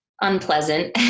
unpleasant